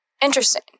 Interesting